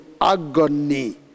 agony